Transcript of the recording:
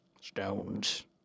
Stones